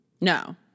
no